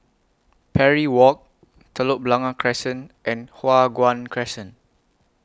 Parry Walk Telok Blangah Crescent and Hua Guan Crescent